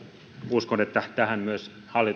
uskon että tälle myös